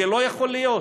זה לא יכול להיות.